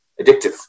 addictive